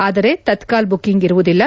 ಆದರೆ ತತ್ಕಾಲ್ ಬುಕ್ಕಿಂಗ್ ಇರುವುದಿಲ್ಲ